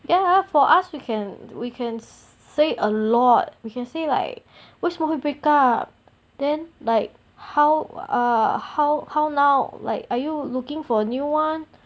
ya for us we can we can say a lot we can say like 为什么会 break up then like how ah how how now like are you looking for new [one]